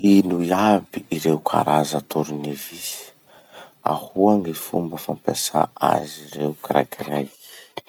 Ino iaby ireo karaza tournevis? Ahoa gny fomba fampiasà azy rey kiraikiraiky?